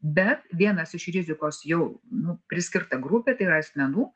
bet vienas iš rizikos jau nu priskirta grupė tai yra asmenų